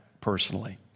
personally